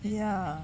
ya